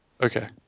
okay